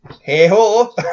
hey-ho